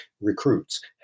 recruits